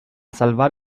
salvar